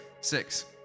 six